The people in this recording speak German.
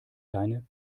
deine